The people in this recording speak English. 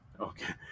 Okay